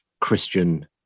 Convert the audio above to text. Christian